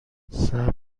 صبر